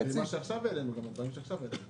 מיליון שקל --- וגם הדברים שעכשיו העלינו.